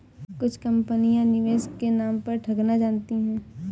कुछ कंपनियां निवेश के नाम पर ठगना जानती हैं